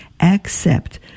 accept